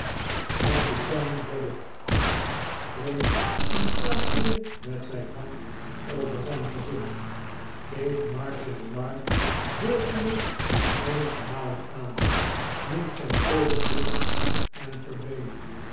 kapitein kedgick streek een paar keer met zijn hand over zijn gezicht keek martin en mark beurtelings eenige malen aan kneep zijn oogen dicht en verdween